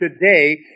today